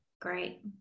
great